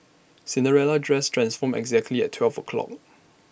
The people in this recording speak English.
Cinderella's dress transformed exactly at twelve o' clock